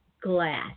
Glass